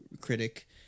critic